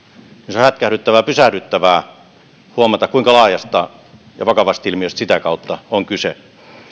se on hätkähdyttävää pysähdyttävää huomata kuinka laajasta ja vakavasta ilmiöstä sitä kautta on kyse